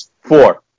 Four